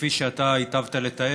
כפי שאתה היטבת לתאר,